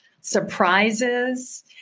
surprises